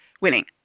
winning